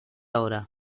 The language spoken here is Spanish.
ahora